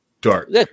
dark